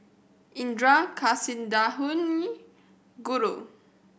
Indira Kasinadhuni Guru